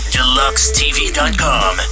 Deluxetv.com